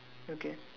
okay